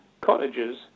Cottages